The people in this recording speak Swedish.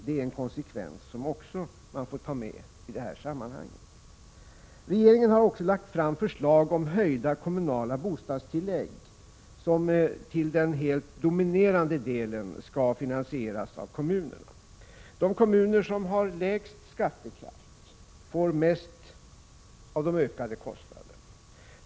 Det är en konsekvens som man också får ta med i beräkningen i det här sammanhanget. Regeringen har också lagt fram förslag om höjda kommunala bostadstilllägg, som till den helt dominerande delen skall finansieras av kommunerna. De kommuner som har lägst skattekraft får mest ökade kostnader.